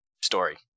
story